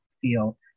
feel